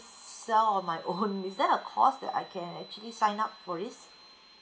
sell on my own is there a course that I can actually sign up for this